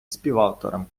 співавторам